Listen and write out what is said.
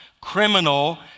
Criminal